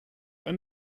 ein